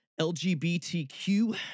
LGBTQ